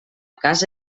casa